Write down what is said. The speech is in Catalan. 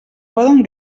poden